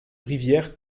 rivière